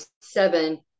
seven